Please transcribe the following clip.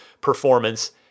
performance